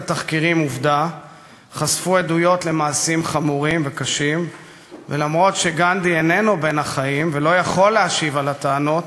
אני מצטרף ומבקש להביע תנחומי כמדי שנה ולהשתתף בכאבכם ואבלכם.